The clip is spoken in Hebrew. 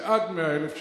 זה עד 100,000 שקל,